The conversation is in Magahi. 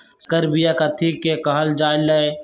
संकर बिया कथि के कहल जा लई?